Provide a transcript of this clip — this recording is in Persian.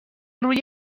روی